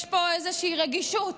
יש פה איזושהי רגישות.